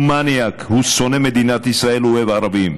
הוא מניאק, הוא שונא מדינת ישראל, הוא אוהב ערבים.